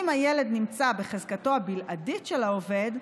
אם הילד נמצא בחזקתו הבלעדית של העובד,